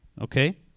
okay